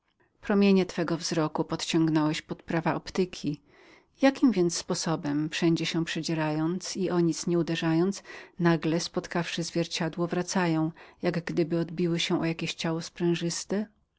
promienie twego wzroku które podciągnąłeś pod prawa optyki jakim sposobem wszędzie przedzierają się nigdzie się nie krzyżując gdy przeciwnie spotkawszy zwierciadło wracają jak gdyby odbiły się o jakie ciało sprężyste